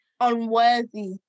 unworthy